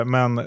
Men